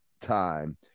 time